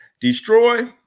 Destroy